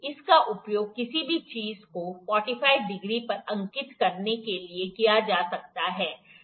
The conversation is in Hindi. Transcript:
इसका उपयोग किसी भी चीज को 45 डिग्री पर अंकित करने के लिए किया जा सकता है